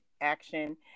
action